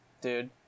dude